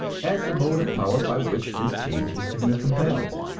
as the motive power by which this change is to be compelled.